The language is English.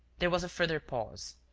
there was a further pause.